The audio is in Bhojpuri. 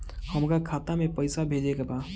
हमका खाता में पइसा भेजे के बा